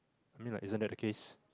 I mean like isn't that the case